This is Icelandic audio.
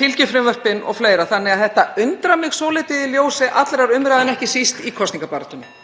fylgifrumvörpin o.fl. Þannig að þetta undrar mig svolítið í ljósi allrar umræðu, en ekki síst í kosningabaráttunni.